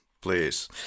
Please